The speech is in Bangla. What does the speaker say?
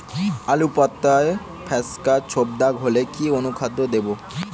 আলুর পাতা ফেকাসে ছোপদাগ হলে কি অনুখাদ্য দেবো?